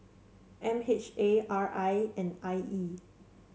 M H A R I and I E